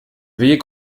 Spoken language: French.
veuillez